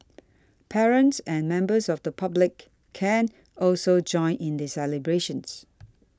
parents and members of the public can also join in the celebrations